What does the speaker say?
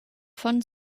fun